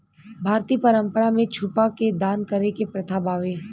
भारतीय परंपरा में छुपा के दान करे के प्रथा बावे